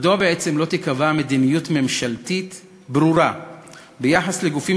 מדוע בעצם לא תיקבע מדיניות ממשלתית ברורה ביחס לגופים